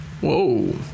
whoa